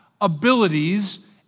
abilities